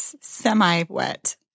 semi-wet